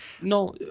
No